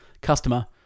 Customer